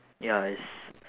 ya it's